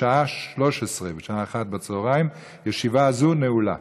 בשעה 13:00. ישיבה זו נעולה.